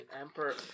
Emperor